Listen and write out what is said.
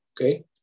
Okay